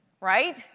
Right